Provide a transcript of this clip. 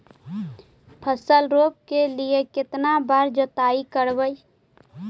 फसल रोप के लिय कितना बार जोतई करबय?